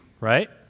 Right